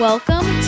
Welcome